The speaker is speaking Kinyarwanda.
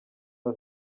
saa